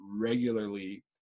regularly